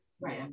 right